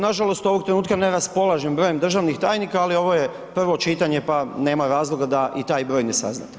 Nažalost ovog trenutka ne raspolažem brojem državnih tajnika ali ovo je prvo čitanje pa nema razloga da i taj broj ne saznate.